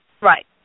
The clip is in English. Right